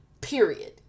period